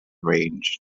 range